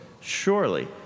Surely